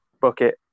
bucket